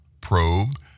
probe